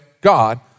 God